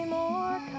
more